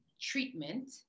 treatment